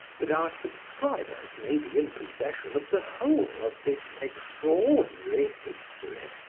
that our subscribers may be in possession of the whole of this extraordinary history.